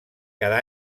cada